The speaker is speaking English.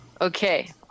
Okay